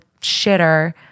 shitter